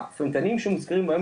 הפנטניל שמוזכרים היום,